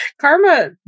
karma